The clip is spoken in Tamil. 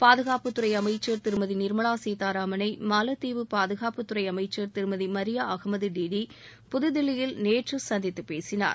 பாதுகாப்புத்துறை அமைச்சர் திருமதி நிர்மலா சீதாராமனை மாலத்தீவு பாதுகாப்புத்துறை அமைச்சர் திருமதி மரியா அக்மது டிடி புதுதில்லியில் நேற்று சந்தித்து பேசினார்